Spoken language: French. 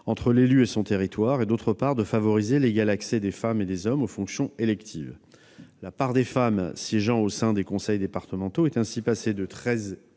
entre l'élu et son territoire, et, d'autre part, de favoriser l'égal accès des femmes et des hommes aux fonctions électives. La part des femmes siégeant au sein des conseils départementaux est ainsi passée de 13,5